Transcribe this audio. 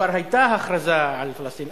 כבר היתה הכרזה על פלסטין.